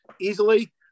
easily